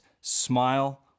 Smile